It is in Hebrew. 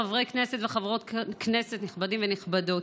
חברי כנסת וחברות כנסת נכבדים ונכבדות,